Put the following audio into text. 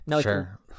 Sure